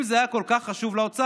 אם זה היה כל כך חשוב לאוצר,